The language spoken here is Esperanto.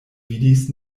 vidis